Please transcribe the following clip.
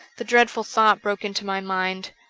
the dreadful thought broke into my mind,